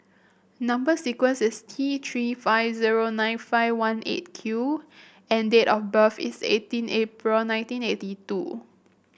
number sequence is T Three five zero nine five one Eight Q and date of birth is eighteen April nineteen eighty two